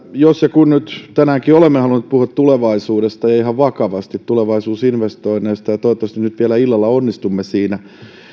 jos ja kun nyt tänäänkin olemme halunneet puhua tulevaisuudesta ja ihan vakavasti tulevaisuusinvestoinneista ja toivottavasti nyt vielä illalla onnistumme siinä niin